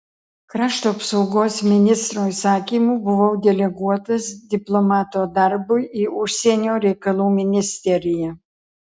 krašto apsaugos ministro įsakymu buvau deleguotas diplomato darbui į užsienio reikalų ministeriją